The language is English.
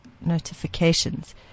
Notifications